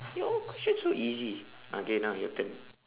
your all question so easy ah okay now your turn